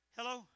Hello